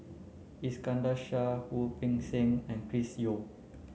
Iskandar Shah Wu Peng Seng and Chris Yeo